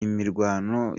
imirwano